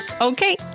Okay